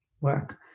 work